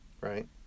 Right